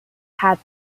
had